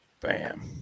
bam